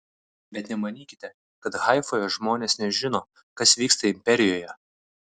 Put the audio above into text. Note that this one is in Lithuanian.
bet nemanykite kad haifoje žmonės nežino kas vyksta imperijoje